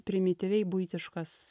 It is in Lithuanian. primityviai buitiškas